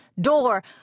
door